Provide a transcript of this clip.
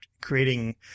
creating